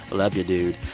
love you, dude.